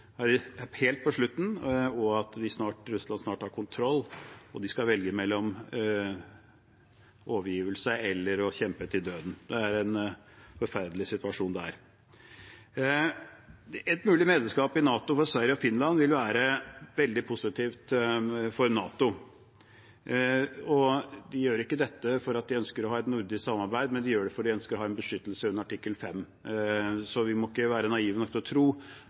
helt mot slutten, Russland har snart kontroll, og de skal velge mellom overgivelse eller å kjempe til døden. Det er en forferdelig situasjon der. Et mulig medlemskap i NATO for Sverige og Finland vil være veldig positivt for NATO. De gjør ikke dette fordi de ønsker å ha et nordisk samarbeid, men de gjør det fordi de ønsker å ha en beskyttelse under artikkel 5, så vi må ikke være naive nok til å tro